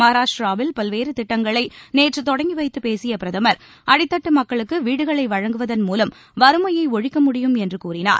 மஹாராஷட்டிராவில் பல்வேறு திட்டங்களை நேற்று தொடங்கிவைத்துப் பேசிய பிரதமர் அடித்தட்டு மக்களுக்கு வீடுகளை வழங்குவதன் மூலம் வறுமையை ஒழிக்க முடியும் என்று கூறினார்